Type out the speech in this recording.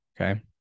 Okay